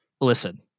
listen